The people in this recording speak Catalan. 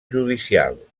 judicial